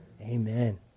Amen